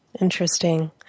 Interesting